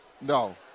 No